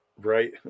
right